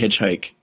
hitchhike